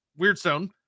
Weirdstone